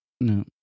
No